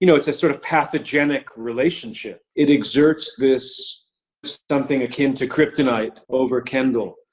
you know it's a sort of pathogenic relationship. it exerts this something akin to kryptonite over kendall.